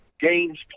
games